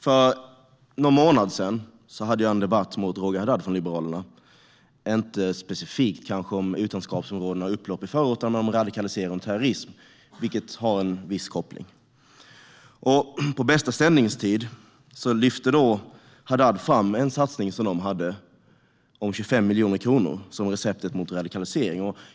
För någon månad sedan hade jag en debatt med Roger Haddad från Liberalerna, kanske inte specifikt om utanförskapsområdena och upplopp i förorterna men om radikalisering och terrorism, vilket har en viss koppling till detta. På bästa sändningstid lyfte Haddad fram en satsning som de hade om 25 miljoner kronor, som receptet mot radikalisering.